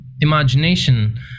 imagination